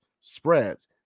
spreads